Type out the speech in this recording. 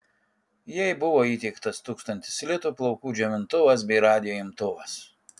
jai buvo įteiktas tūkstantis litų plaukų džiovintuvas bei radijo imtuvas